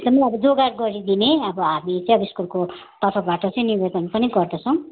एकदमै अब जोगाड गरिदिने अब हामी चाहिँ स्कुलको तर्फबाट चाहिँ निवेदन पनि गर्दछौँ